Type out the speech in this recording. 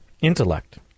intellect